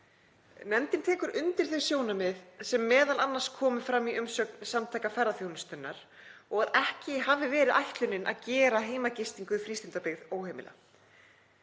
Nefndin tekur undir þau sjónarmið sem m.a. koma fram í umsögn Samtaka ferðaþjónustunnar og að ekki hafi verið ætlunin að gera heimagistingu í frístundabyggð óheimila.